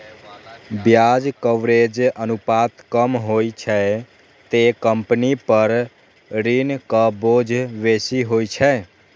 ब्याज कवरेज अनुपात कम होइ छै, ते कंपनी पर ऋणक बोझ बेसी होइ छै